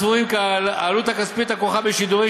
אנו סבורים כי העלות הכספית הכרוכה בשידורי